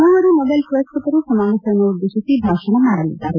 ಮೂವರು ನೊಬೆಲ್ ಪುರಸ್ಕ ತರು ಸಮಾವೇಶವನ್ನು ಉದ್ದೇಶಿಸಿ ಭಾಷಣ ಮಾಡಲಿದ್ದಾರೆ